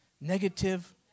Negative